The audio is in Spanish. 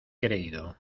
creído